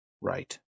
Right